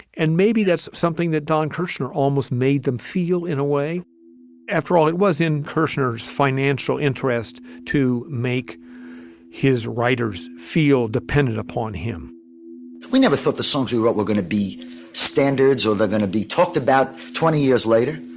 and maybe that's something that don kerschner almost made them feel in a way after all, it was in kirchners financial interest to make his writers feel dependent upon him we never thought the songs he wrote were gonna be standards or they're going to be talked about twenty years later.